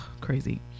crazy